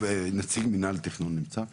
נציג מנהל תכנון נמצא פה?